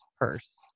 purse